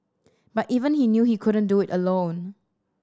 but even he knew he couldn't do it alone